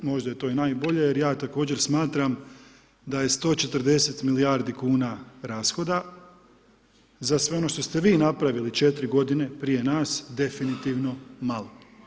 Možda je to i najbolje, jer ja također smatram da je 140 milijardi kuna rashoda za sve ono što ste vi napravili 4 godine prije nas definitivno malo.